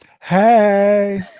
Hey